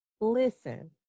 Listen